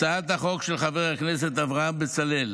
הצעת החוק של חבר הכנסת אברהם בצלאל